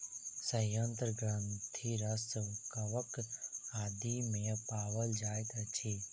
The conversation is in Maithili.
सयंत्र ग्रंथिरस कवक आदि मे पाओल जाइत अछि